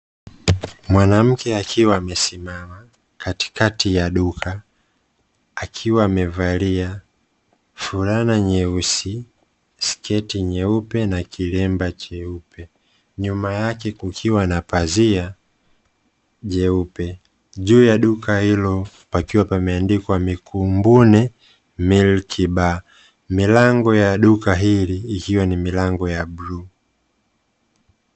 Mwanamke akiwa amesimama katikati ya duka, akiwa amevalia fulana nyeusi, sketi nyeupe na kilembe cheupe, nyuma yake kukiwa pazia jeupe, juu ya duka hilo pakiwa pameandikwa "MIKUMBUNE MULK BAR". Milango ya duka hili ikiwa ni milango ya bluu.